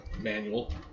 manual